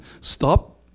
Stop